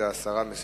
זה הסרה מסדר-היום.